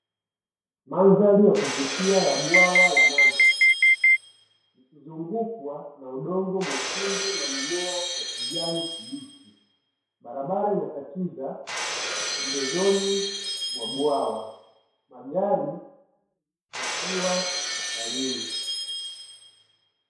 Mandhali ya kuvutia ya bwawa la maji likizungukwa na udongo mwekundu na mimea ya kijani kibichi, Barabara ina katiza pembezoni mwa bwawa, Magari yakiwa safarini.